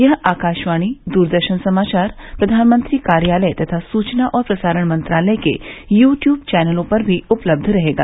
यह आकाशवाणी दूरदर्शन समाचार प्रधानमंत्री कार्यालय तथा सूचना और प्रसारण मंत्रालय के यू ट्यूब चैनलों पर भी उपलब्ध रहेगा